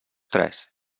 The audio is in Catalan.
tres